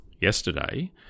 yesterday